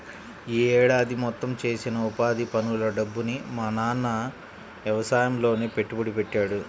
యీ ఏడాది మొత్తం చేసిన ఉపాధి పనుల డబ్బుని మా నాన్న యవసాయంలోనే పెట్టుబడి పెట్టాడు